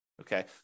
Okay